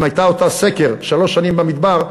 אם היא הייתה עושה סקר שלוש שנים במדבר,